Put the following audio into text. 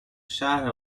شهر